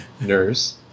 nurse